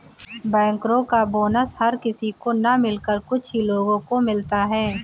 बैंकरो का बोनस हर किसी को न मिलकर कुछ ही लोगो को मिलता है